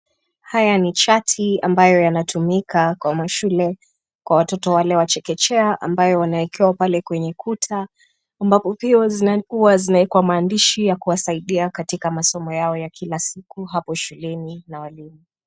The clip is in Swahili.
Haya ni chati ambayo yanatumika kwa mashule kwa watoto wale wa chekechea ambayo wanawekewa pale kwenye kuta ambapo vyuo huwa zinawekwa maandishi ya kuwasaidia katika masomo yao ya kila siku hapo shuleni na walimu.